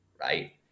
right